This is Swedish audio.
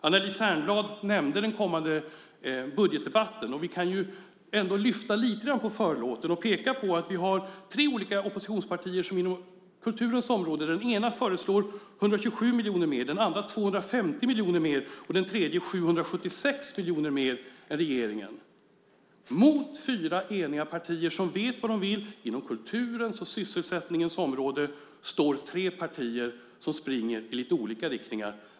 Anneli Särnblad nämnde den kommande budgetdebatten. Vi kan lyfta lite grann på förlåten och peka på att vi har tre olika oppositionspartier på kulturens område. Det ena föreslår 127 miljoner mer, det andra föreslår 250 miljoner mer och det tredje 776 miljoner mer än regeringen. Mot fyra eniga partier som vet vad de vill på kulturens och sysselsättningens område står tre partier som springer i lite olika riktningar.